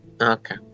Okay